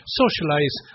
socialize